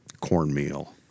cornmeal